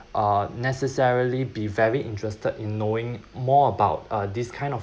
uh necessarily be very interested in knowing more about uh this kind of